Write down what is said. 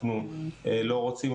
אנחנו לא רוצים,